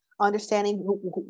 Understanding